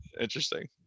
interesting